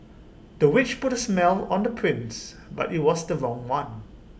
the witch put A smell on the prince but IT was the wrong one